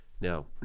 Now